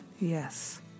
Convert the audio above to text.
yes